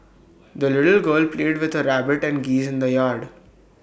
the little girl played with her rabbit and geese in the yard